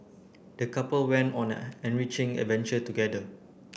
the couple went on an enriching adventure together